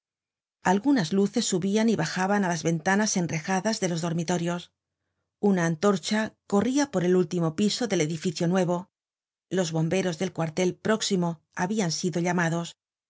algunas luces subian y bajaban á las ventanas enrejadas de los dormitorios una antorcha corria por el último piso del edificio nuevo los bomberos del cuartel próximo habian sido llamados